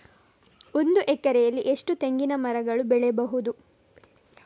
ಒಂದು ಎಕರೆಯಲ್ಲಿ ಎಷ್ಟು ತೆಂಗಿನಮರಗಳು ಬೆಳೆಯಬಹುದು?